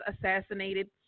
assassinated